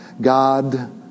God